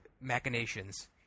machinations